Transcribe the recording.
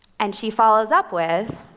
and she follows up with,